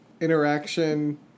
interaction